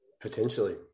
Potentially